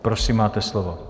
Prosím, máte slovo.